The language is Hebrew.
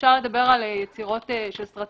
אפשר לדבר על יצירות של סרטים,